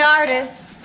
artists